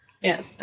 Yes